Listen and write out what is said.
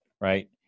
Right